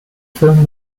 film